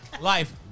life